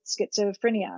Schizophrenia